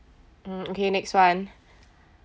um okay next one